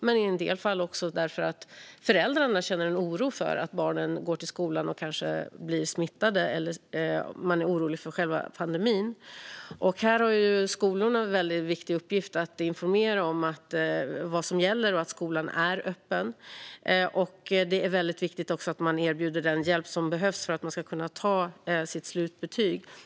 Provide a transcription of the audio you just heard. Men i en del fall är det kanske för att föräldrarna känner en oro för att barnen går till skolan och kanske blir smittade och för att det finns en oro för själva pandemin. Här har skolorna en mycket viktig uppgift att informera om vad som gäller och att skolan är öppen. Det är också mycket viktigt att skolorna erbjuder den hjälp som behövs för att eleverna ska kunna få sina slutbetyg.